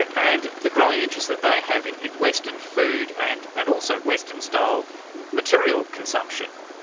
and the growing interest that they have in in western food and and also western-style material consumption.